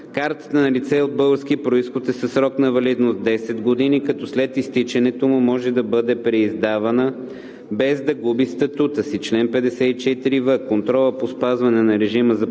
Картата на лице от български произход е със срок на валидност 10 години, като след изтичането му може да бъде преиздавана, без да губи статута си. Чл. 54в. Контролът по спазване на режима за ползване